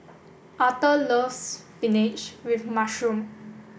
Arthor loves spinach with mushroom